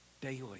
daily